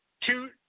Two